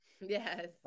Yes